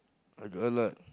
I got a lot